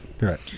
right